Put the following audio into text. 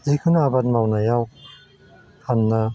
जेखुनु आबाद मावनायाव फाननो